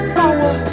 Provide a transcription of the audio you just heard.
power